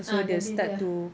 ah jadi dia